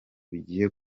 bigiye